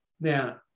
Now